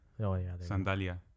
sandalia